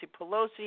Pelosi